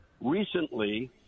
recently